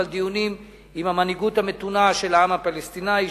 אבל דיונים עם המנהיגות המתונה של העם הפלסטיני,